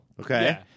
Okay